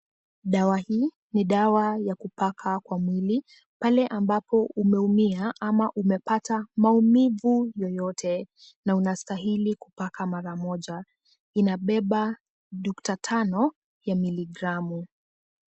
Dawa hii ni dawa ya kupaka kwa mwili pale umeumia ama umepata maumivu yoyote na unastahili kupaka mara moja, inabeba nukta tano ya miligramu.